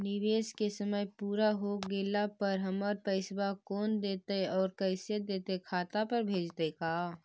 निवेश के समय पुरा हो गेला पर हमर पैसबा कोन देतै और कैसे देतै खाता पर भेजतै का?